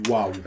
Wow